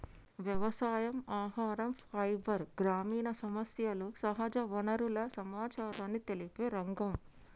వ్యవసాయం, ఆహరం, ఫైబర్, గ్రామీణ సమస్యలు, సహజ వనరుల సమచారాన్ని తెలిపే రంగం